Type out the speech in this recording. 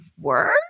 work